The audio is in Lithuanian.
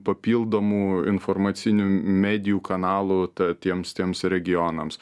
papildomų informacinių medijų kanalų ta tiems tiems regionams